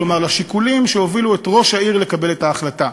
כלומר לשיקולים שהובילו את ראש העיר לקבל את ההחלטה.